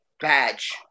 badge